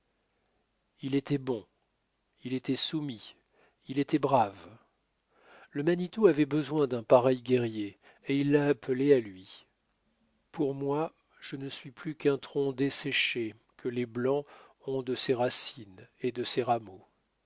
il était bon il était soumis il étoit brave le manitou avait besoin d'un pareil guerrier et il l'a appelé à lui pour moi je ne suis plus qu'un tronc desséché que les blancs ont dépouillé de ses racines et de ses rameaux